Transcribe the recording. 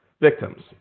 victims